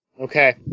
Okay